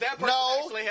no